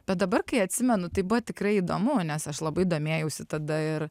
bet dabar kai atsimenu tai buvo tikrai įdomu nes aš labai domėjausi tada ir